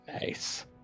Nice